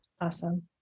Awesome